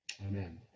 Amen